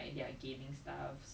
all your money is not yours